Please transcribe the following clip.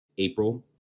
April